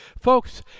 Folks